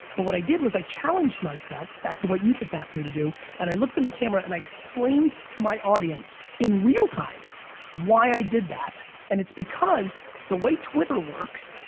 but what i did was i challenged myself, back to what you just asked me to do, and i looked in the camera and i explained to my audience in real time why i did that and it's because the way twitter works,